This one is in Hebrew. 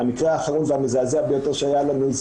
המקרה האחרון והמזעזע ביותר שהיה לנו זה